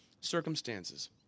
circumstances